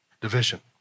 division